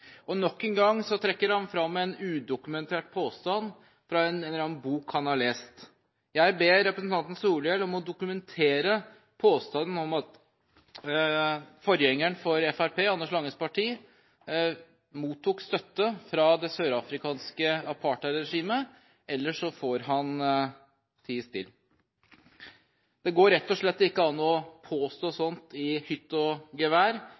dette nok engang. Og nok engang trekker han frem en udokumentert påstand fra en eller annen bok han har lest. Jeg ber representanten Solhjell om å dokumentere påstanden om at forgjengeren for Fremskrittspartiet, Anders Langes Parti, mottok støtte fra det sørafrikanske apartheidregimet, ellers får han tie stille. Det går rett og slett ikke an å påstå